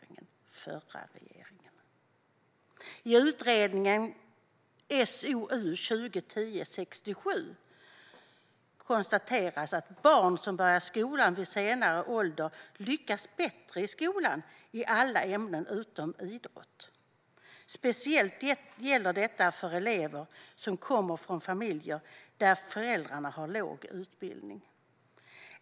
I utredningen, SOU 2010:67, konstateras att "barn som börjar skolan vid senare ålder lyckas bättre i skolan i alla ämnen utom idrott. Speciellt gäller detta för elever som kommer från familjer där föräldrar har låg utbildning.